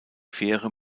fähre